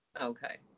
Okay